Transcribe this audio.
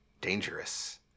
dangerous